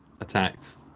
attacked